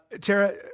Tara